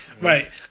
Right